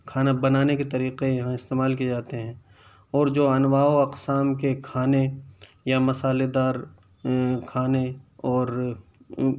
کھانا بنانے کے طریقے یہاں استعمال کیے جاتے ہیں اور جو انواع و اقسام کے کھانے یا مسالے دار کھانے اور